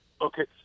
okay